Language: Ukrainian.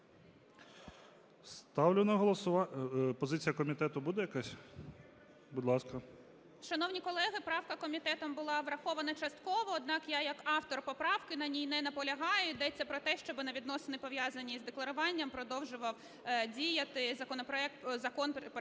Дякую. ГОЛОВУЮЧИЙ. Позиція комітету буде якась? Будь ласка. 14:50:12 РАДІНА А.О. Шановні колеги, правка комітетом була врахована частково, однак я як автор поправки на ній не наполягаю. Йдеться про те, щоб на відносини, пов'язані із декларуванням, продовжував діяти законопроект,